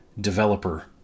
developer